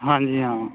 ਹਾਂਜੀ ਹਾਂ